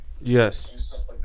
Yes